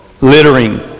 littering